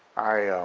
i,